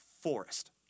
forest